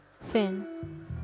Finn